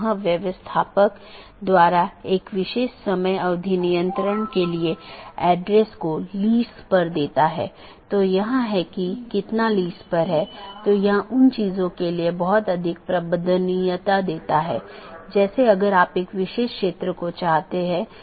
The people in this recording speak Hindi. जब भी सहकर्मियों के बीच किसी विशेष समय अवधि के भीतर मेसेज प्राप्त नहीं होता है तो यह सोचता है कि सहकर्मी BGP डिवाइस जवाब नहीं दे रहा है और यह एक त्रुटि सूचना है या एक त्रुटि वाली स्थिति उत्पन्न होती है और यह सूचना सबको भेजी जाती है